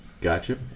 gotcha